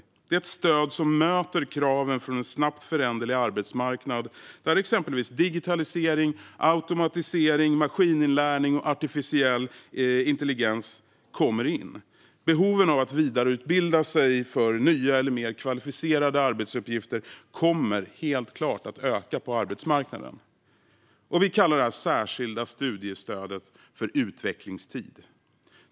Det är ett stöd som möter kraven från en snabbt föränderlig arbetsmarknad där exempelvis digitalisering, automatisering, maskininlärning och artificiell intelligens kommer in. Behoven av att vidareutbilda sig för nya eller mer kvalificerade uppgifter kommer helt klart att öka på arbetsmarknaden. Vi kallar det här särskilda studiestödet för utvecklingstid.